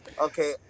Okay